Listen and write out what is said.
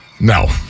No